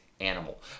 animal